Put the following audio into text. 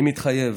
אני מתחייב